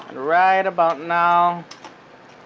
right about now,